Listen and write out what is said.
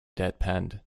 deadpanned